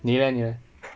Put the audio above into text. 你 leh 你